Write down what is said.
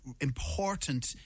important